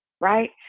right